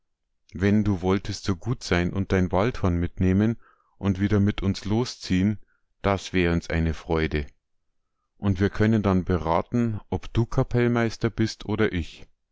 wenn du wolltest so gut sein und dein waldhorn mitnehmen und wieder mit uns losziehn das wäre uns eine freude und wir können dann beraten ob du kapellmeister bist oder ich